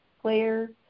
Claire